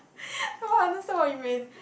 now I understand what you mean